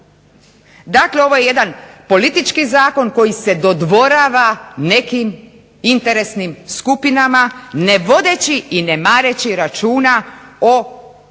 Dakle, ovo je jedan politički zakon koji se dodvorava nekim interesnim skupinama ne vodeći i ne mareći računa o vlasništvu